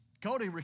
Cody